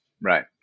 Right